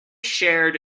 shared